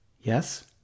Yes